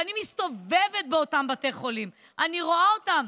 ואני מסתובבת באותם בתי חולים, אני רואה אותם.